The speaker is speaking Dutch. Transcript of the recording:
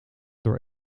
door